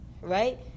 right